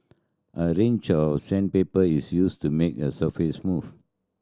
a range of sandpaper is used to make the surface smooth